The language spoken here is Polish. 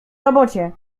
robocie